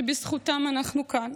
שבזכותם אנחנו כאן.